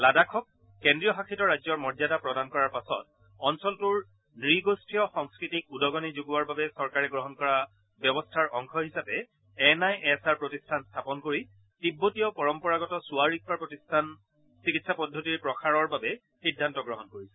লাডাখক কেন্দ্ৰীয় শাসিত ৰাজ্যৰ মৰ্যাদা প্ৰদান কৰাৰ পাছত অঞ্চলটোৰ নগোষ্ঠীয় সংস্কৃতিক উদগনি যোগোৱাৰ বাবে চৰকাৰে গ্ৰহণ কৰা ব্যৱস্থাৰ অংশ হিচাপে এন আই এছ আৰ প্ৰতিষ্ঠান স্থাপন কৰি তিববতীয় পৰম্পৰাগত ছোৱা ৰিগ্পা চিকিৎসা পদ্ধতিৰ প্ৰসাৰৰ বাবে সিদ্ধান্ত গ্ৰহণ কৰা হৈছে